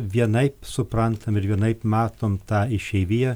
vienaip suprantam ir vienaip matom tą išeiviją